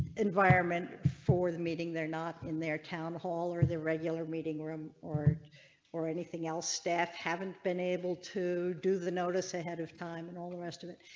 environment for the meeting they're not in their town hall or their regular meeting room or or anything else. staff haven't been able to do the notice ahead of time and all the rest of it.